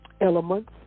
elements